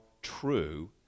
true